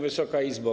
Wysoka Izbo!